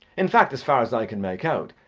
in fact, as far as i can make out,